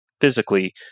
physically